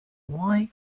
why